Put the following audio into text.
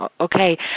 okay